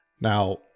Now